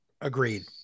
Agreed